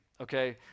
okay